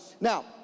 now